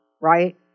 Right